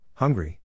Hungry